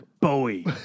Bowie